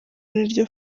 niryo